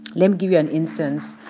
let me give you an instance.